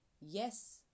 Yes